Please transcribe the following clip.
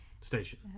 Station